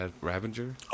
Ravager